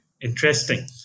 Interesting